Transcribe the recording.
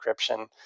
encryption